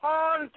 on